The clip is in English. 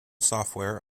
software